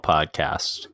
Podcast